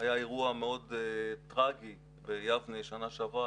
היה אירוע מאוד טרגי ביבנה בשנה שעברה,